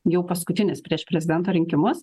jau paskutinis prieš prezidento rinkimus